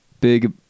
big